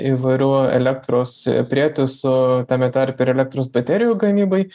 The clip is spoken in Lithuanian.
įvairių elektros prietaisų tame tarpe ir elektros baterijų gamybai